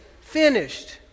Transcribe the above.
finished